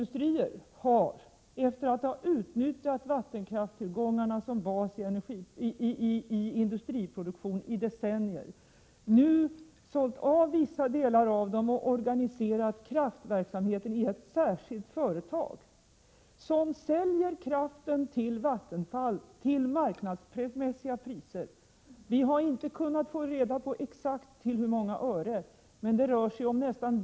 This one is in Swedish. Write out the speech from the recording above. Efter att i decennier ha utnyttjat vattenkraftstillgångarna som bas i industriproduktionen har Nobelindustrier nu sålt vissa delar av dessa och organiserat kraftverksamheten i ett särskilt företag, som säljer kraften till Vattenfall till marknadsmässiga priser. Vi har inte kunnat få reda på exakt hur många ören som kraften kostar per kWh, men det rör sig om nästan Prot.